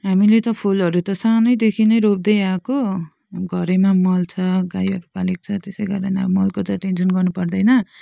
हामीले त फुलहरू त सानैदेखि नै रोप्दै आएको घरैमा मल छ गाईहरू पालेको छ त्यसै कारण अब मलको चाहिँ टेन्सन गर्नु पर्दैन